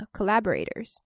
Collaborators